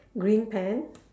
green pant